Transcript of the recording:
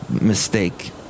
mistake